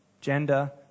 Gender